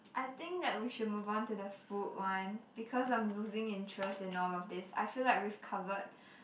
I think that we should move on to the food one because I'm losing interest in all of this I feel like we've covered